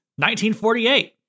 1948